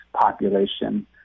population